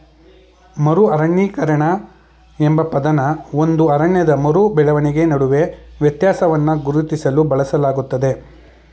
ಮರು ಅರಣ್ಯೀಕರಣ ಎಂಬ ಪದನ ಒಂದು ಅರಣ್ಯದ ಮರು ಬೆಳವಣಿಗೆ ನಡುವೆ ವ್ಯತ್ಯಾಸವನ್ನ ಗುರುತಿಸ್ಲು ಬಳಸಲಾಗ್ತದೆ